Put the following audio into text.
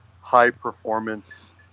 high-performance